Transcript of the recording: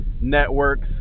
networks